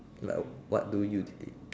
like what do you did it